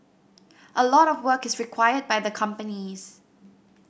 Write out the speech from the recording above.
a lot of work is required by the companies